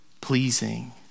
pleasing